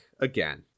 again